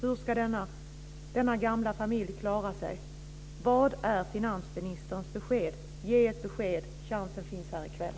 Hur ska denna gamla familj klara sig? Vad är finansministerns besked? Ge ett besked! Chansen finns här i kväll.